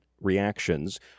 reactions